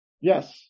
Yes